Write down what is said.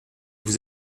vous